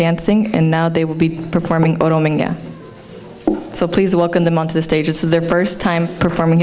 dancing and now they will be performing so please welcome them onto the stage of their first time performing